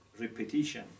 repetition